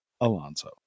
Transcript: Alonso